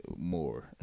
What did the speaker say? more